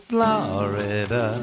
Florida